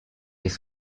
ist